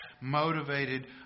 motivated